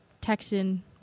Texan